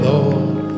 Lord